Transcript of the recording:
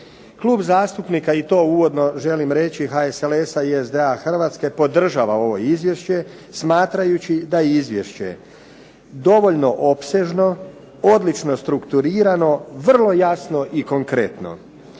Klub zastupnika i to uvodno želim reći, HSLS-a i SDA Hrvatske podržava ovo izvješće smatrajući da je izvješće dovoljno opsežno, odlično strukturirano, vrlo jasno i konkretno.